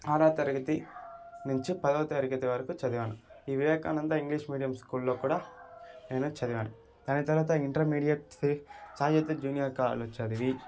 ఆరో తరగతి నుంచి పదో తరగది వరకు చదివాను ఈ వివేకానంద ఇంగ్లీష్ మీడియమ్ స్కూల్లో కూడా నేను చదివాను దాని తరువాత ఇంటెర్మీడియేట్ సాయి జోతి జూనియర్ కాలేజీలో చదివి